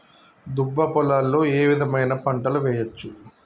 దుబ్బ పొలాల్లో ఏ విధమైన పంటలు వేయచ్చా?